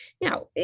Now